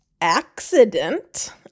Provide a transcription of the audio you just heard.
accident